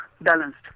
balanced